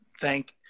thank